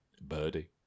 birdie